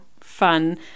fun